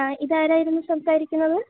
ഇതാരായിരുന്നു സംസാരിക്കുന്നത്